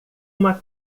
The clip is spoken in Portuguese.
uma